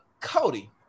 Cody